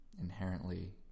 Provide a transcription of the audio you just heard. inherently